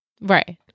right